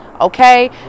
okay